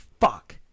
fuck